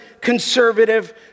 Conservative